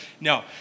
No